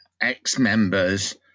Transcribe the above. ex-members